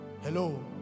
Hello